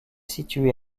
situé